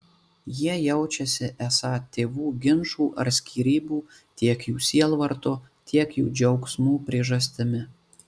jie jaučiasi esą tėvų ginčų ar skyrybų tiek jų sielvarto tiek jų džiaugsmų priežastimi